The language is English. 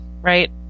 right